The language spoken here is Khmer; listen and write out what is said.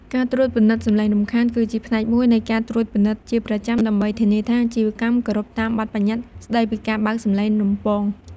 ការត្រួតពិនិត្យសំឡេងរំខាន គឺជាផ្នែកមួយនៃការត្រួតពិនិត្យជាប្រចាំ ដើម្បីធានាថាអាជីវកម្មគោរពតាមបទប្បញ្ញត្តិស្ដីពីការបើកសំឡេងរំពង។